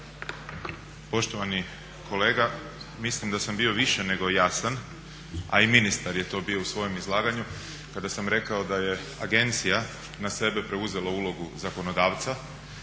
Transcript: Poštovani kolega, mislim da sam bio više nego jasan, a i ministar je to bio u svom izlaganju kada sam rekao da je agencija na sebe preuzela ulogu zakonodavca,